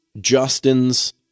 Justin's